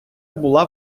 була